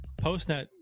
PostNet